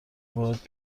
باهات